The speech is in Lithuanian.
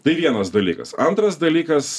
tai vienas dalykas antras dalykas